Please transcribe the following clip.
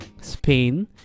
Spain